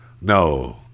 No